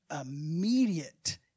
immediate